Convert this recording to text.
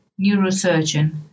neurosurgeon